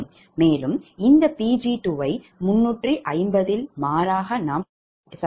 மேலும் இந்த 𝑃𝑔2 ஐ 350 இல் மாறாமல் நாம் சரியாக வைக்க வேண்டும்